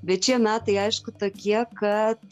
bet šie metai aišku tokie kad